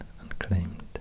unclaimed